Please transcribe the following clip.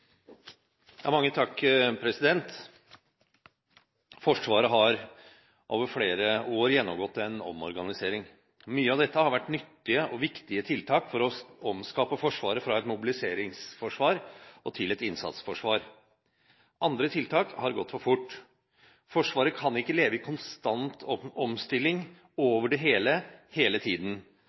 omorganisering. Mye av dette har vært nyttige og viktige tiltak for å omskape forsvaret fra et mobiliseringsforsvar til et innsatsforsvar. Andre tiltak har gått for fort. Forsvaret kan ikke leve i konstant omstilling, over det hele, hele tiden.